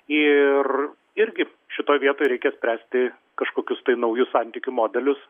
ir irgi šitoj vietoj reikia spręsti kažkokius tai naujus santykių modelius